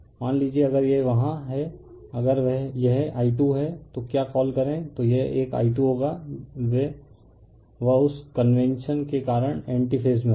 मान लीजिए अगर यह वहां है अगर यह I2 है तो क्या कॉल करें तो यह एक I2 होगा वे उस कन्वेंशन के कारण एंटी फेज में होगा